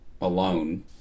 alone